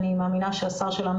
אני מאמינה שהשר שלנו,